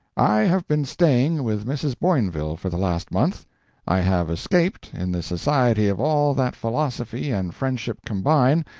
i have been staying with mrs. boinville for the last month i have escaped, in the society of all that philosophy and friendship combine,